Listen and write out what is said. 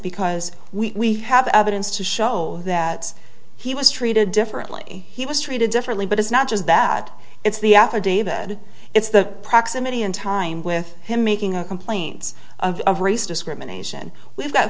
because we have evidence to show that he was treated differently he was treated differently but it's not just that it's the affidavit it's the proximity in time with him making a complaint of of race discrimination we've got